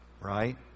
right